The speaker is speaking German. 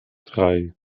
drei